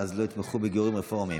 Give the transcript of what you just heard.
ואז לא יתמכו בגיור רפורמי.